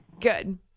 Good